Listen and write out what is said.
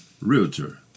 Realtor